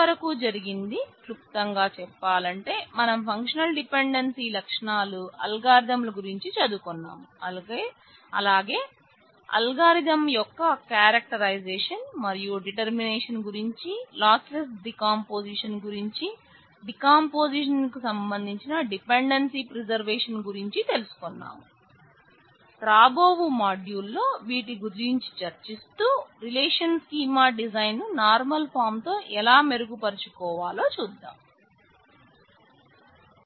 ఇంతవరకు జరిగింద్ది క్లుప్తంగా చెప్పాలంటే మనం ఫంక్షనల్ డిపెండెన్సీ తో ఎలా మెరుగు పరుచుకోవాలో చూద్దాం